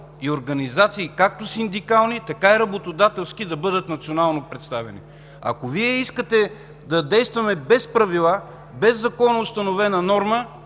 и организации – както синдикални, така и работодателски, да могат да бъдат национално представени. Ако Вие искате да действаме без правила, без законоустановена норма,